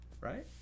right